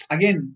Again